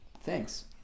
Thanks